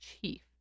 chief